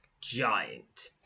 Giant